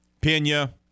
Pena